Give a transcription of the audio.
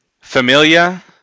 Familia